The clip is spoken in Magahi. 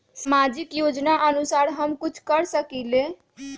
सामाजिक योजनानुसार हम कुछ कर सकील?